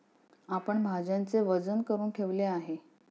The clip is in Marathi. आपण भाज्यांचे वजन करुन ठेवले आहे